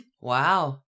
Wow